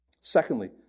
Secondly